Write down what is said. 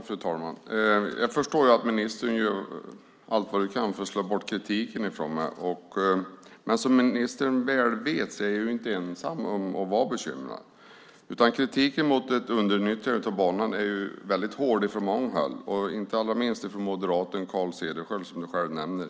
Fru talman! Jag förstår att ministern gör vad hon kan för att slå bort min kritik. Men som ministern väl vet är jag inte ensam om att vara bekymrad. Kritiken mot ett underutnyttjande av banan är väldigt hård från många håll och inte minst från moderaten Carl Cederschiöld som du själv nämner.